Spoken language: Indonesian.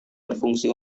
berfungsi